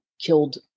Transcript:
killed